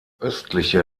östliche